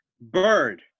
Bird